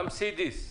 רם סידיס,